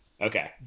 Okay